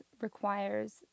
requires